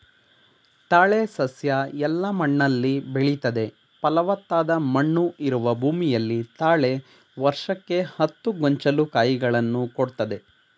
ತಾಳೆ ಸಸ್ಯ ಎಲ್ಲ ಮಣ್ಣಲ್ಲಿ ಬೆಳಿತದೆ ಫಲವತ್ತಾದ ಮಣ್ಣು ಇರುವ ಭೂಮಿಯಲ್ಲಿ ತಾಳೆ ವರ್ಷಕ್ಕೆ ಹತ್ತು ಗೊಂಚಲು ಕಾಯಿಗಳನ್ನು ಕೊಡ್ತದೆ